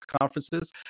conferences